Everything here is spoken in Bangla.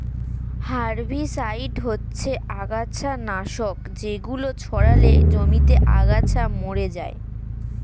হারভিসাইড হচ্ছে আগাছানাশক যেগুলো ছড়ালে জমিতে আগাছা মরে যায়